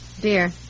Dear